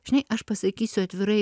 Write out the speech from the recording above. žinai aš pasakysiu atvirai